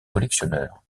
collectionneurs